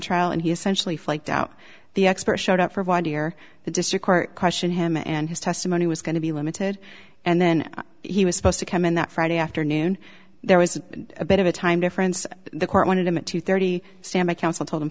trial and he essentially flaked out the expert showed up for volunteer the district court question him and his testimony was going to be limited and then he was supposed to come in that friday afternoon there was a bit of a time difference the court wanted him at two thirty standby counsel told him